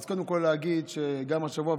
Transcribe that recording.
אז קודם כול אגיד שגם השבוע,